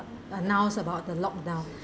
announced about the lock down